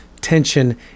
tension